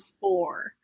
four